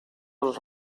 als